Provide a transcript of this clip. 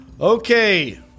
Okay